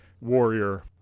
warrior